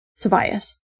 Tobias